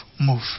Move